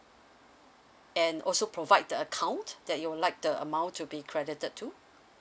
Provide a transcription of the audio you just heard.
and also provide the account that you would like the amount to be credited to